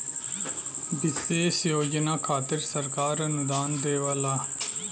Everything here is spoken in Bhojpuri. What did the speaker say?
विशेष योजना खातिर सरकार अनुदान देवला